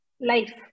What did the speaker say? life